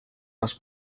les